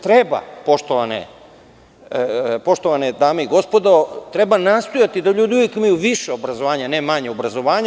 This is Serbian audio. Treba, poštovane dame i gospodo, treba nastojati da ljudi uvek imaju više obrazovanja, a ne manje obrazovanja.